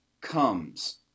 comes